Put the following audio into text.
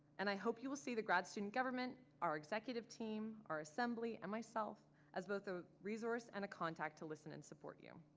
and i hope you will see the grad student government, our executive team, our assembly, and myself as both a resource and a contact to listen and support you.